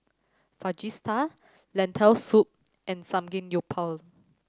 Fajitas Lentil Soup and Samgeyopsal